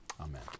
Amen